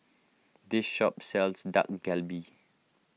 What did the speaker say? this shop sells Dak Galbi